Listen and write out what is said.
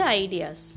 ideas